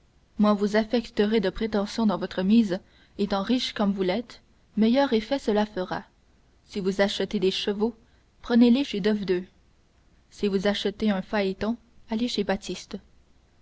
vous affecterez de prétention dans votre mise étant riche comme vous l'êtes meilleur effet cela fera si vous achetez des chevaux prenez-les chez devedeux si vous achetez un phaéton allez chez baptiste